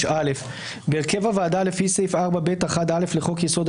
"(3)(א)בהרכב הוועדה לפי סעיף 4(ב)(1)(א) לחוק-יסוד: